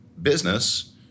business